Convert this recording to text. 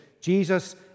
Jesus